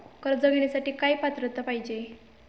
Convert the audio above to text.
कर्ज घेण्यासाठी काय पात्रता पाहिजे?